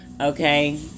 Okay